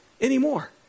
anymore